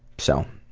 so,